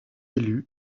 élus